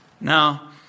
Now